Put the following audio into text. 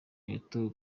yatowe